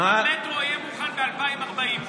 המטרו יהיה מוכן ב-2040.